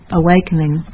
awakening